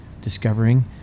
discovering